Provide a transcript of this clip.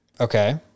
Okay